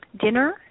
dinner